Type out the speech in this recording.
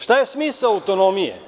Šta je smisao autonomije?